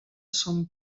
son